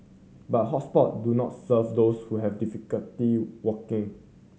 but hot spot do not serve those who have difficulty walking